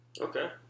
Okay